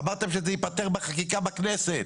אמרתם שזה ייפתר בחקיקה בכנסת,